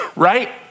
right